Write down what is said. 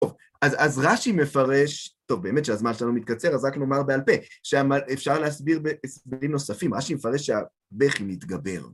טוב, אז רשי מפרש, טוב באמת שהזמן שלנו מתקצר, אז רק לומר בעל פה שאפשר להסביר בסבבים נוספים, רשי מפרש שהבכי מתגבר.